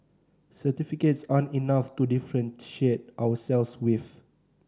certificates aren't enough to differentiate ourselves with